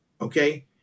okay